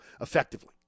effectively